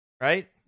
Right